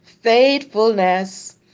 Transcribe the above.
Faithfulness